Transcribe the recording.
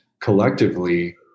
collectively